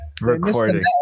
recording